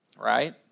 Right